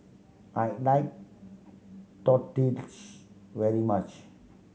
I like very much